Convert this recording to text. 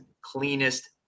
cleanest